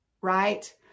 right